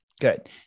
Good